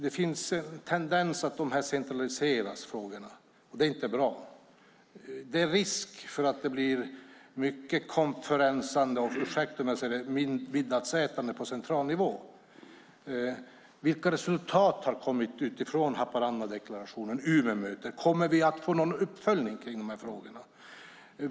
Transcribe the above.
Det finns en tendens att de här frågorna centraliseras. Det är inte bra. Det är risk för att det blir mycket konferensande och - ursäkta om jag säger det - middagsätande på central nivå. Vilka resultat har kommit utifrån Haparandadeklarationen och Umeåmötet? Kommer vi att få någon uppföljning kring de här frågorna?